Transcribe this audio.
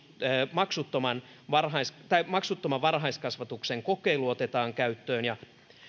maksuttoman varhaiskasvatuksen maksuttoman varhaiskasvatuksen kokeilu otetaan käyttöön ja